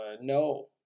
No